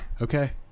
Okay